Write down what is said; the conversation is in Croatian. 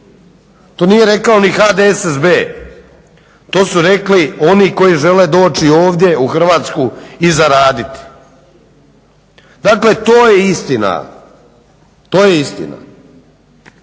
to nije rekao ni HDSSB to su rekli oni koji žele doći ovdje u Hrvatsku i zaraditi. Dakle, to je istina. S druge strane,